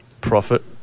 Profit